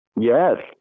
Yes